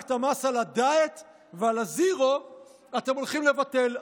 רק את המס על הדיאט ועל הזירו אתם הולכים לבטל.